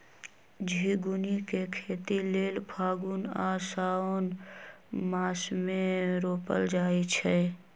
झिगुनी के खेती लेल फागुन आ साओंन मासमे रोपल जाइ छै